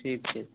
ठीक छै